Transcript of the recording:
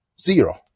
Zero